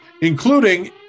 including